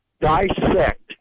dissect